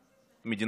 מדינה דמוקרטית.